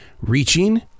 reaching